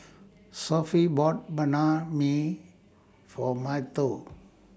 Sophie bought Banh MI For Mateo